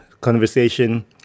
conversation